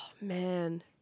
man